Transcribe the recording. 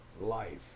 life